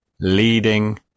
leading